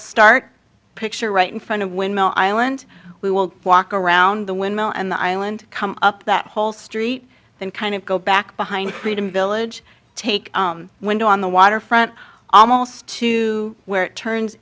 start picture right in front of windmill island we will walk around the windmill and the island come up that whole street then kind of go back behind freedom village take window on the waterfront almost to where it turns